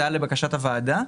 זה היה לבקשת הוועדה,